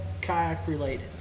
kayak-related